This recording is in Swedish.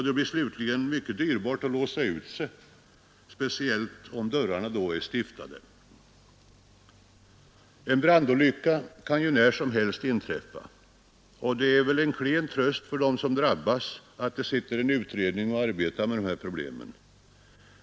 Det blir slutligen mycket dyrbart att låsa ut sig, speciellt om dörrarna är stiftade. En brandolycka kan ju när som helst inträffa. Det är då en klen tröst för dem som drabbas att det sitter en utredning och arbetar med dessa problem.